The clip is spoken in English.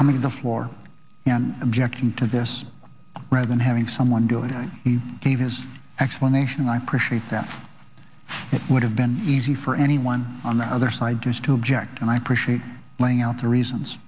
coming to the floor and objecting to this rather than having someone doing he gave his explanation and i appreciate that if it would have been easy for anyone on the other side is to object and i appreciate laying out the reasons